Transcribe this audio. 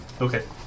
Okay